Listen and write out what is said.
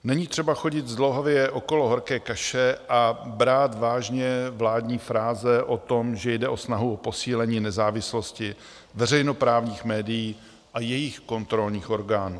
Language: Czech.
Není třeba chodit zdlouhavě okolo horké kaše a brát vážně vládní fráze o tom, že jde o snahu o posílení nezávislosti veřejnoprávních médií a jejich kontrolních orgánů.